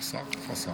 פה שר?